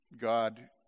God